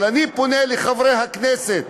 אבל אני פונה לחברי הכנסת